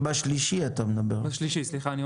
אתה מדבר על הפעם השלישית.